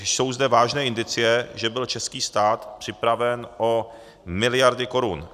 Jsou zde vážné indicie, že byl český stát připraven o miliardy korun.